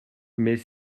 mais